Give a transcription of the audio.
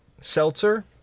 seltzer